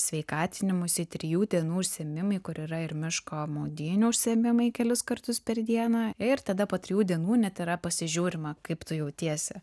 sveikatinimuisi trijų dienų užsiėmimai kur yra ir miško maudynių užsiėmimai kelis kartus per dieną ir tada po trijų dienų net yra pasižiūrima kaip tu jautiesi